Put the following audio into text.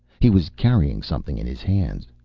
he was carrying something in his hands.